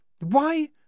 Why